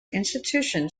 institution